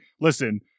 listen